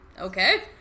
Okay